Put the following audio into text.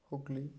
Hooghly